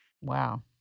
Wow